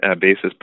basis